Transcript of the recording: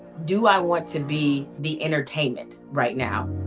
do i want to be the entertainment right now?